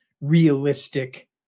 realistic